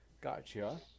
Gotcha